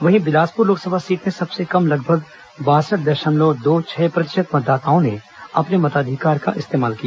वहीं बिलासपुर लोकसभा सीट में सबसे कम लगभग बासठ दशमलव दो छह प्रतिशत मतदाताओं ने अपने मताधिकार का इस्तेमाल किया